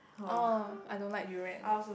oh I don't like durian